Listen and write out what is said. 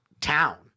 town